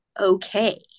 okay